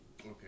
Okay